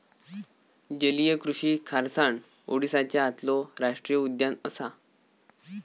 जलीय कृषि खारसाण ओडीसाच्या आतलो राष्टीय उद्यान असा